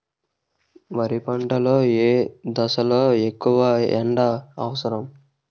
వరి పంట లో ఏ దశ లొ ఎక్కువ ఎండా అవసరం?